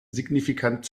signifikant